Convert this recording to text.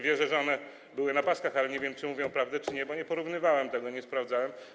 Wierzę, że to było na paskach, ale nie wiem, czy mówią one prawdę, czy nie, bo nie porównywałem tego, nie sprawdzałem.